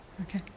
Okay